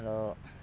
আৰু